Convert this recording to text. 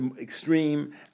extreme